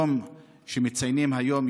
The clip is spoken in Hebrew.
על היום שמציינים היום,